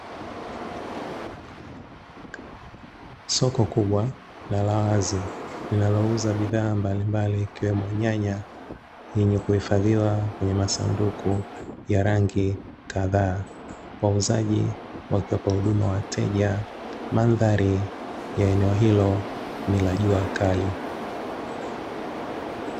Soko kubwa na la wazi linalouza bidhaa mbalimbali zikiwemo nyanya zenye kuhifadhiwa kwenye masanduku ya rangi kadhaa, wauzaji wakiwapa huduma wateja mandhari ya eneo hilo ni la jua kali.